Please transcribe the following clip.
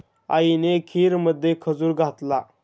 आईने खीरमध्ये खजूर घातला